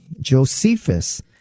josephus